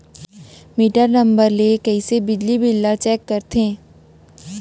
Metre number ले कइसे बिजली बिल ल चेक करथे?